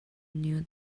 knew